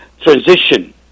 transition